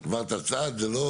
בבקשה.